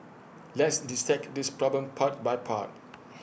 let's dissect this problem part by part